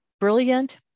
Brilliant